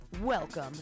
Welcome